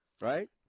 right